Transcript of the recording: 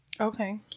Okay